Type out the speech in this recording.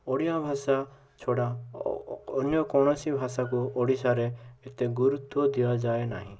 ଓଡ଼ିଆ ଭାଷା ଛଡ଼ା ଅନ୍ୟ କୌଣସି ଭାଷାକୁ ଓଡ଼ିଶାରେ ଏତେ ଗୁରୁତ୍ୱ ଦିଆଯାଏ ନାହିଁ